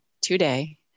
today